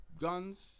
guns